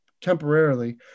temporarily